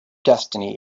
destiny